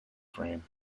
frame